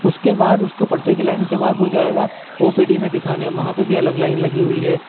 اس کے بعد اس کو پرچے کی لائن کے بعد وہ جائے گا او پی ڈی میں دکھانے وہاں پہ بھی الگ لائن لگی ہوئی ہے